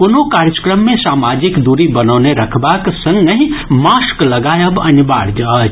कोनो कार्यक्रम मे सामाजिक दूरी बनौने रखबाक संगहि मास्क लगायब अनिवार्य अछि